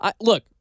Look